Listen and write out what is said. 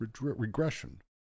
regression